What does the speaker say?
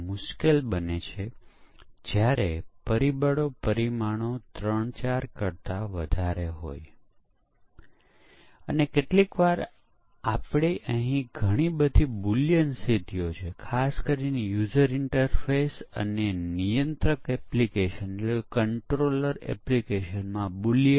તેથી તે અહીં લખ્યું છે ભૂલો કે જે છટકી ગઈ છે તે દોષ શોધવાની તકનીકીની વધુ એપ્લિકેશન દ્વારા શોધી શકાતી નથી જે એક ખૂબ જ મૂળભૂત ખ્યાલ છે